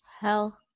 hell